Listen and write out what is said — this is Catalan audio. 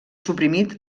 suprimit